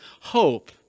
hope